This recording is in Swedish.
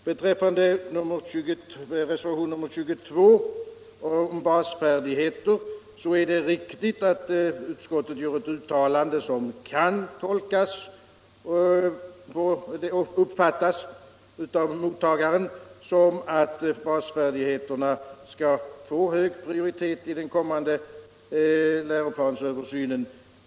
Beträffande reservationen 22 om basfärdigheterna är det riktigt att utskottet gör ett uttalande som kan uppfattas av mottagaren som att basfärdigheterna skall ha hög prioritet i den kommande läroplansöversynen.